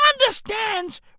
understands